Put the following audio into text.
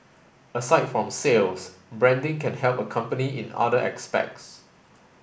aside from sales branding can help a company in other aspects